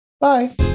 Bye